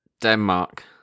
Denmark